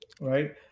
right